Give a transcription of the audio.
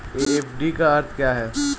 FD का अर्थ क्या है?